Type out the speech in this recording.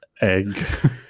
egg